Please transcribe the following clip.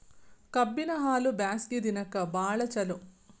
ಕಬ್ಬಿನ ಹಾಲು ಬ್ಯಾಸ್ಗಿ ದಿನಕ ಬಾಳ ಚಲೋ